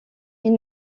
ils